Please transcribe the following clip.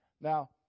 now